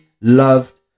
loved